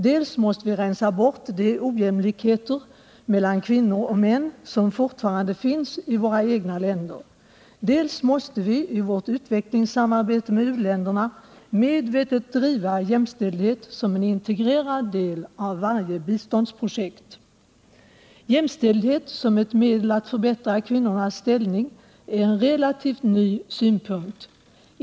Dels måste vi rensa bort de ojämlikheter mellan kvinnor och män som fortfarande finns i våra egna länder. Dels måste vi i vårt utvecklingssamarbete med u-länderna medvetet driva jämställdhet som en integrerad del av varje biståndsprojekt. Jämställdhet som ett medel att förbättra kvinnornas ställning är en relativt ny synpunkt.